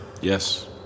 Yes